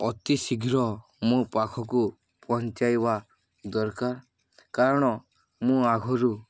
ଅତି ଶୀଘ୍ର ମୋ ପାଖକୁ ପହଞ୍ଚାଇବା ଦରକାର କାରଣ ମୁଁ ଆଗରୁ